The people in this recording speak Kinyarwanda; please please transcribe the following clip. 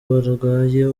barwaye